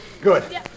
Good